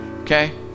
Okay